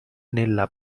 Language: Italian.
nella